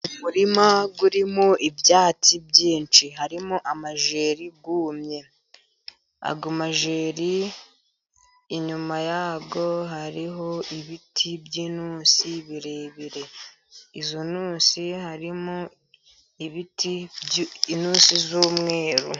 Umurima urimo ibyatsi byinshi, harimo amajeri yumye. Ayo majeri, inyuma yayo hariho ibiti by’intusi birebire, izo ntusi harimo intusi iz’umweru.